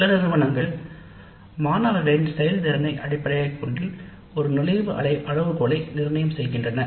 சில நிறுவனங்கள் மாணவர்களி செயல்திறனில் அடிப்படையில் ஒரு நுழைவு அளவுகோலைக் கூட வைக்கின்றன